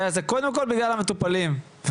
הזה קודם כל זה בגלל המטופלים והמטופלות,